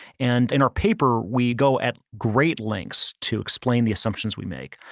and in our paper we go at great lengths to explain the assumptions we make.